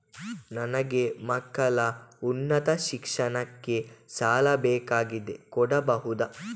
ನನಗೆ ಮಕ್ಕಳ ಉನ್ನತ ಶಿಕ್ಷಣಕ್ಕೆ ಸಾಲ ಬೇಕಾಗಿದೆ ಕೊಡಬಹುದ?